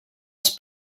els